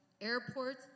airports